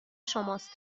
شماست